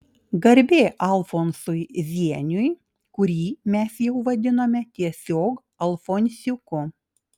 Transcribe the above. garbė alfonsui zieniui kurį mes jau vadinome tiesiog alfonsiuku